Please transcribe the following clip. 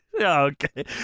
okay